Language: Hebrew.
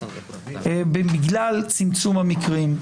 בגלל צמצום המקרים,